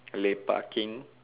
lepaking